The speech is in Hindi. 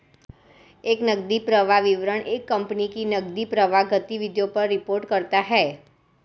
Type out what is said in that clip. एक नकदी प्रवाह विवरण एक कंपनी की नकदी प्रवाह गतिविधियों पर रिपोर्ट करता हैं